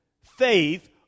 Faith